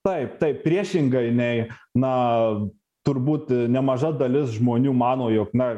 taip taip priešingai nei na turbūt nemaža dalis žmonių mano jog na